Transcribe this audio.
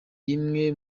rimwe